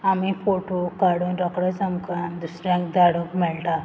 आमी फोटो काडून रोखडेंच आमकां दुसऱ्यांक धाडूक मेळटा